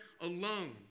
alone